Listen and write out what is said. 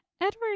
Edward